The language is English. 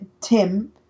Tim